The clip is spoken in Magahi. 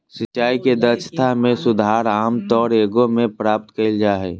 सिंचाई के दक्षता में सुधार आमतौर एगो में प्राप्त कइल जा हइ